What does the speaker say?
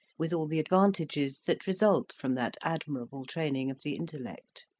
with all the advantages that result from that admirable training of the intellect.